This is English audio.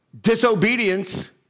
disobedience